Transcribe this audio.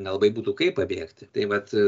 nelabai būtų kaip pabėgti tai vat